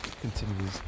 continues